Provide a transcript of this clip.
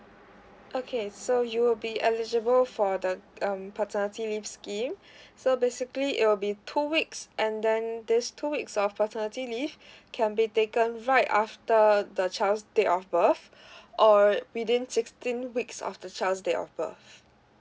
okay so you will be eligible for the um paternity leave scheme so basically it will be two weeks and then these two weeks of paternity leave can be taken right after the child's date of birth or within sixteen weeks of the child's date of birth